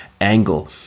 angle